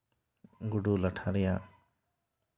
ᱜᱩᱰᱩ ᱞᱟᱴᱷᱟ ᱨᱮᱭᱟᱜ